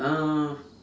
uh